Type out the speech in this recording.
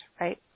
right